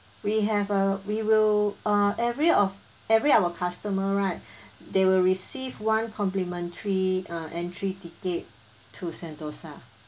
we have a we will uh every of every our customer right they will receive one complimentary uh entry ticket to sentosa